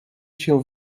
się